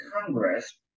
Congress